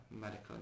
medical